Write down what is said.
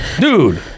Dude